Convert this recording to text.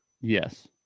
Yes